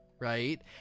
right